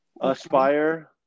aspire